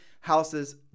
houses